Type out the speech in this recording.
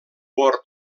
bord